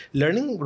learning